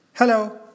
Hello